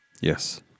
Yes